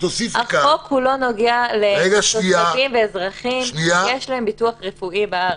החוק אינו נוגע לתושבים ואזרחים שיש להם ביטוח רפואי בארץ.